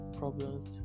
problems